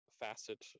facet